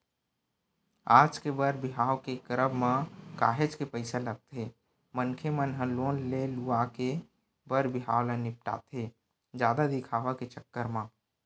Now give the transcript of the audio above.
आज के बर बिहाव के करब म काहेच के पइसा लगथे मनखे मन ह लोन ले लुवा के बर बिहाव ल निपटाथे जादा दिखावा के चक्कर म